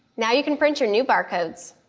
now you can print your new barcodes.